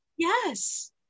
Yes